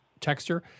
texture